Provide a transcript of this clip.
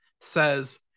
says